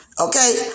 Okay